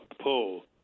poll